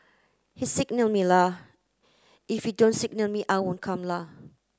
he signal me la if he don't signal me I won't come la